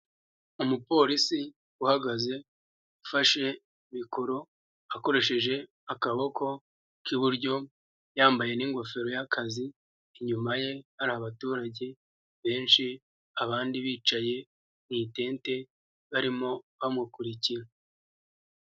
Umupolisi uhagaze ufashe mikoro akoresheje akaboko k'iburyo, yambaye n'ingofero y'akazi, inyuma ye hari abaturage benshi abandi bicaye mu itente barimo bamukurikira.